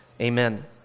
Amen